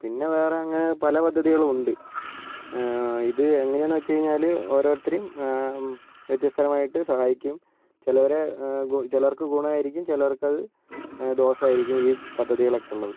പിന്നെ വേറെ അങ്ങനെ പല പദ്ധതികളും ഉണ്ട് ഇത് എങ്ങനെയാണെന്നു വച്ചു കഴിഞ്ഞാൽ ഓരോരുത്തരെയും വ്യത്യസ്ത തരമായിട്ട് സഹായിക്കും ചിലവരേ ചിലർക്ക് ഗുണമായിരിക്കും ചിലർക്കത് ദോഷമായിരിക്കും ഈ പദ്ധതികളൊക്കെ ഉള്ളത്